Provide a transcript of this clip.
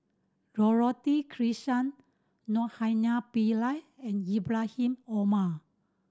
Dorothy Krishnan Naraina Pillai and Ibrahim Omar